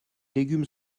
légumes